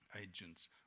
Agents